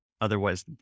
Otherwise